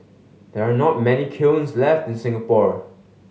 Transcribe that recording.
there are not many kilns left in Singapore